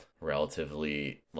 relatively